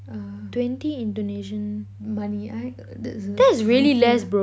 uh twenty indonesian money I uh that's rupiah